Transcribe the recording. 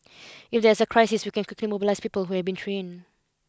if there's a crisis we can quickly mobilise people who have been trained